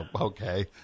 Okay